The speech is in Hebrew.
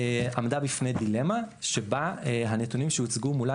עמדה בפני דילמה שבה הנתונים שהוצגו מולה